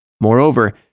Moreover